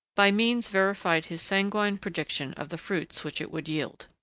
by means verified his sanguine prediction of the fruits which it would yield.